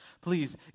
please